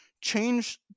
change